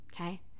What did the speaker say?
okay